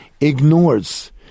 ignores